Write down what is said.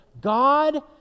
God